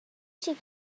she